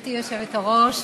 גברתי היושבת-ראש,